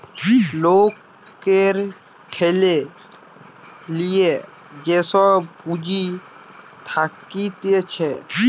লোকের ঠেলে লিয়ে যে সব পুঁজি থাকতিছে